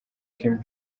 kim